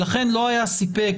לכן לא היה סיפק,